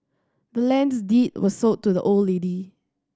the land's deed was sold to the old lady